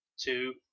two